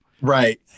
Right